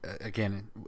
Again